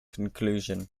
conclusion